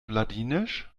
ladinisch